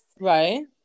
right